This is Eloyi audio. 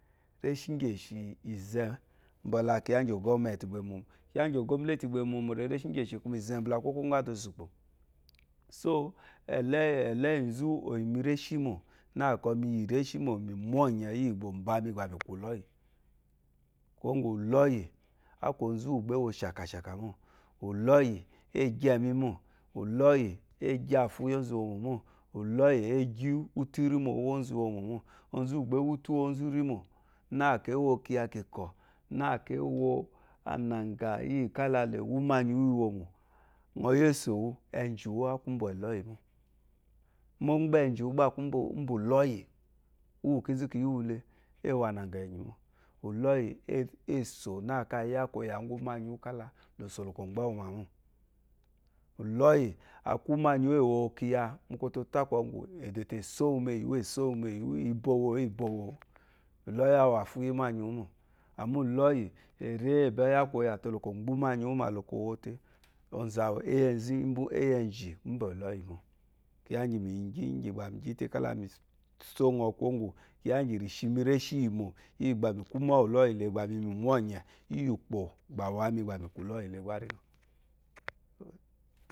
Rishí ízé ngbala kiya gi gomnuti ɛyi miwo mole kiya igyo gonnatí. cyi mí wo molè lè zé kyá inbá lá kupó ugú adà osúkpò só elóyízù òyímí reshimu na kɔ mi yi reshimu mi manyè bóbá mi ba mì bà mí kù uleyile kú wógu illoyi akú azú wá bá éwo shaka shaka mò illoyi egye emi mó egya afú iyi ozu iwo mó mó illoyi égi utù rèmó ùwó òzú owu momo ozu wu ba ewo utu uwo ozu irimo na kɔ ewo kiya kikɔ ná ewo anaga iyika le wa uma nyi wu iwo wo mo ɔyese wu ɛzhiwu ákú mba ɛloyi mò mgba ezhiwuezhiwu gba aku mbe eloyi uwu kizu kiyiwiile ewo anagah enyi mo uloyi eso na aba ya koya ugu manyi wu ka lo gbewu ma mo uloyi eso ka le wu anagah enyimo illoyi akú uma nyi wu ewo wu kiyà mú kototá kogu edoté esó meyiwu me yiwu ebowu ebowú uloyi ewo afu eyima nyi wumo ama uloyi aba yako yate lo kugbe umanyi wu ma lo ko wote oza wu eyi ezhi uba uloyi mó kiyá gibà miyi gi ka mígìta msonya ko gù kiya igi ba kishi mi reshi yimú iyi gba mi ku umè woyi le gbá ukpá awamima le gba minyi monye le gba te ngɔ wu